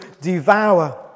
devour